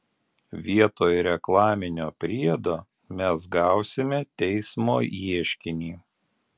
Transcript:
vietoj reklaminio priedo mes gausime teismo ieškinį